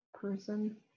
Person